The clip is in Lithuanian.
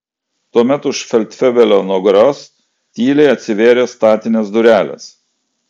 tuomet už feldfebelio nugaros tyliai atsivėrė statinės durelės